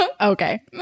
Okay